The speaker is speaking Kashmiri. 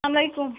اسلام علیکُم